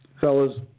Fellas